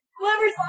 Whoever's